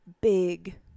big